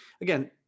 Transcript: again